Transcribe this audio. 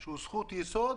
שהוא זכות יסוד,